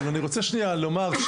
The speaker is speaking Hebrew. אבל אני רוצה שנייה לומר,